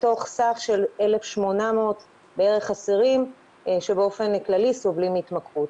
מתוך סך של בערך 1,800 אסירים שבאופן כללי סובלים מהתמכרות,